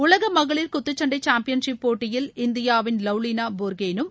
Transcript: உலக மகளிர் குத்துச்சண்டை சாம்பியன்ஷிப் போட்டியில்இந்தியாவின் லவ்லினா போர்கோகெய்னும்